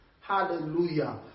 Hallelujah